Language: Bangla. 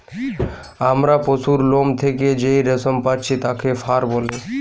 আমরা পশুর লোম থেকে যেই রেশম পাচ্ছি তাকে ফার বলে